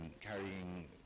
carrying